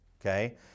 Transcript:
okay